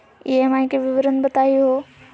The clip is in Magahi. ई.एम.आई के विवरण बताही हो?